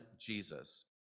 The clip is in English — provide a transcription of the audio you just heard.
Jesus